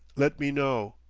let me know.